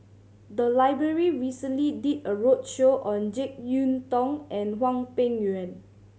the library recently did a roadshow on Jek Yeun Thong and Hwang Peng Yuan